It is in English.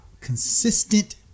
consistent